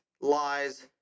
lies